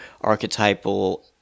archetypal